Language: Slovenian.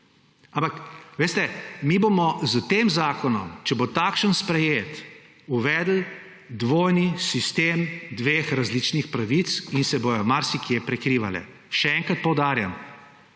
Ampak, veste, mi bomo s tem zakonom, če bo takšen sprejet, uvedli dvojni sistem dveh različnih pravic in se bojo marsikje prekrivale. Še enkrat poudarjam;